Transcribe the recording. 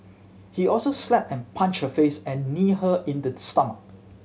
he also slapped and punched her face and kneed her in the stomach